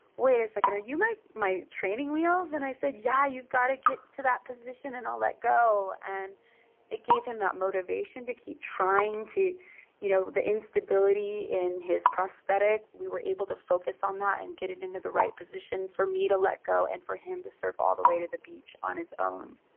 wait a second, are you my my training wheels? and i said, yeah, you've got to get to that position and i'll let go. and it gave him that motivation to keep trying. you know the instability in his prosthetic, we were able to focus on that and get it into the right position for me to let go and for him to surf all the way to the beach on his own.